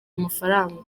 amafaranga